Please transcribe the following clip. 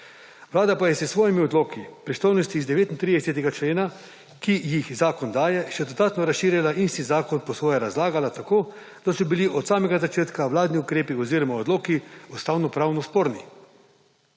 Vlada pa je s svojimi odloki pristojnosti iz 39. člena, ki jih zakon daje, še dodatno razširila in si zakon po svoje razlagala tako, da so bili od samega začetka vladni ukrepi oziroma odloki ustavnopravno sporni.